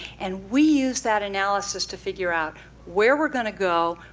and we use that analysis to figure out where we're going to go,